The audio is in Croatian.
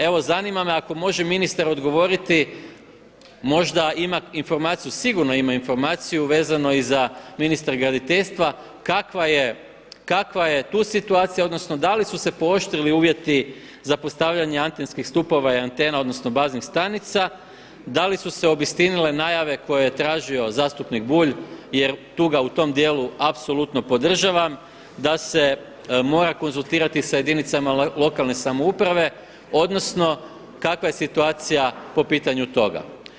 Evo zanima me ako može ministar odgovoriti možda ima informaciju, sigurno ima informaciju vezano i za ministra graditeljstva kakva je tu situacija, odnosno da li su se pooštrili uvjeti za postavljanje antenskih stupova i antena odnosno baznih stanica, da li su se obistinile najave koje je tražio zastupnik Bulj jer tu ga u tom djelu apsolutno podržavam da se mora konzultirati sa jedinicama lokalne samouprave odnosno kakva je situacija po pitanju toga.